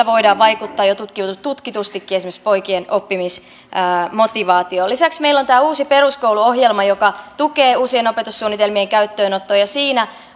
voidaan vaikuttaa jo tutkitustikin esimerkiksi poikien oppimismotivaatioon lisäksi meillä on tämä uusi peruskoulu ohjelma joka tukee uusien opetussuunnitelmien käyttöönottoa ja siinä